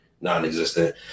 non-existent